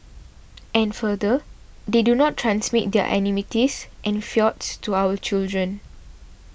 and further they do not transmit their enmities and feuds to our children